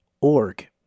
org